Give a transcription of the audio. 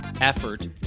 effort